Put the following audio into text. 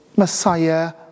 Messiah